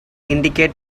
indicate